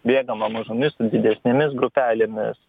bėgama mažomis ir didesnėmis grupelėmis